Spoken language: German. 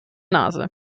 nase